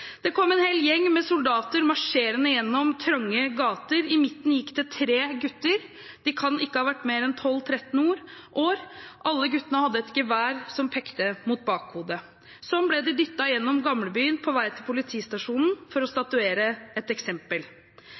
Det kom en hel gjeng med soldater marsjerende gjennom trange gater. I midten gikk det tre gutter – de kan ikke ha vært mer enn 12–13 år. Alle guttene hadde et gevær som pekte mot bakhodet. Sånn ble de dyttet gjennom gamlebyen på vei til politistasjonen for å statuere et eksempel.